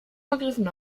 vergriffen